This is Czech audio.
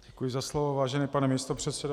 Děkuji za slovo, vážený pane místopředsedo.